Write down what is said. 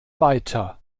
weiter